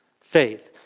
faith